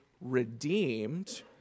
redeemed